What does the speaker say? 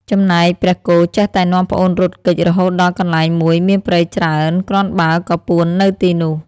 ចំណែកព្រះគោចេះតែនាំប្អូនរត់គេចរហូតដល់កន្លែងមួយមានព្រៃច្រើនគ្រាន់បើក៏ពួននៅទីនោះ។